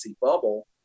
bubble